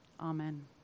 Amen